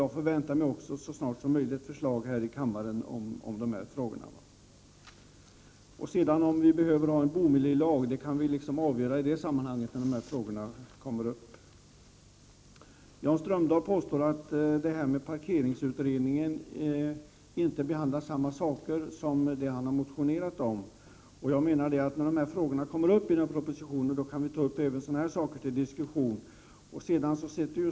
Jag förväntar mig också ett förslag här i kammaren snarast möjligt om dessa frågor. Om vi sedan behöver en bomiljölag — det får vi avgöra i samband med att dessa frågor tas upp. Jan Strömdahl påstår att parkeringsutredningen inte behandlar samma saker som han har motionerat om. Jag menar att när dessa frågor tas upp i en proposition, kan vi ta upp även sådana saker till diskussion.